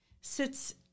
sits